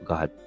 God